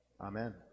Amen